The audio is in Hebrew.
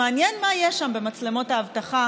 מעניין מה יש שם במצלמות האבטחה